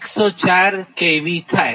104 kV થાય